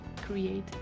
create